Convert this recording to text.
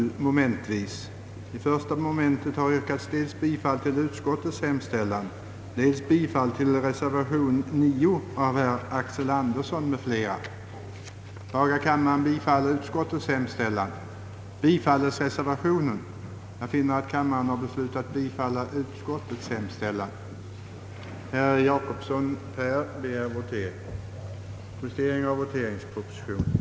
a) utredning med deltagande av behandlingsexpertis om fångvårdsanstalters lämpliga storlek och utformning samt att Kumlaanstalten, som ett led i detta utredningsarbete, skulle förses med den personal, som inginge i de ursprungliga planerna för anstalten, b) utredning om frekvensen av s.k. skärningar vid olika anstalter samt om orsakerna till dessa och åtgärder för att motverka dem.